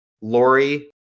Lori